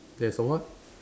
there's a what